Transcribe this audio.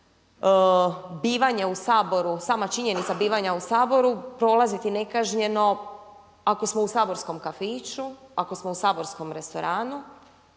bivanje u Saboru, sama činjenica bivanja u Saboru prolaziti nekažnjeno ako smo u saborskom kafiću, ako smo u saborskom restoranu,